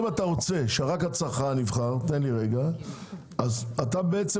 אם אתה רוצה שרק הצרכן יבחר אז אתה בעצם